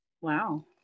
Wow